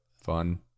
Fun